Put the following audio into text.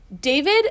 David